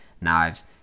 knives